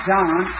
John